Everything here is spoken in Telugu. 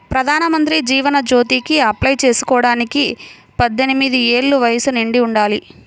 ప్రధానమంత్రి జీవన్ జ్యోతికి అప్లై చేసుకోడానికి పద్దెనిది ఏళ్ళు వయస్సు నిండి ఉండాలి